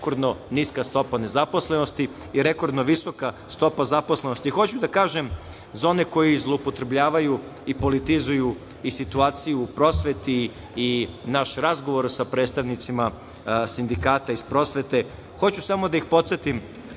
rekordno niska stopa nezaposlenosti i rekordno visoka stopa zaposlenosti. Hoću da kažem za one koji zloupotrebljavaju i politizuju i situaciju u prosveti naš razgovor sa predstavnicima sindikata iz prosvete. Hoću samo da ih podsetim